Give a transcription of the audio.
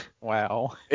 Wow